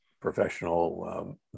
professional